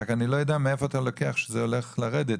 רק אני לא יודע מאיפה אתה לוקח שזה הולך לרדת,